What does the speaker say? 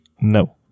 No